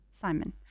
Simon